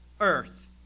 earth